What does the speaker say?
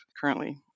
currently